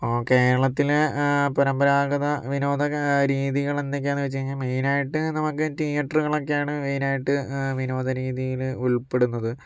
ഇപ്പോൾ കേരളത്തില് പരമ്പരാഗത വിനോദ രീതികൾ എന്തോക്കെയാന്ന് വച്ച് കഴിഞ്ഞാൽ മെയ്നായിട്ട് നമുക്ക് തിയേറ്ററുകളൊക്കെയാണ് മെയ്നായിട്ട് വിനോദ രീതിയില് ഉൾപ്പെടുന്നത്